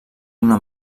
una